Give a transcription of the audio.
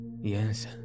Yes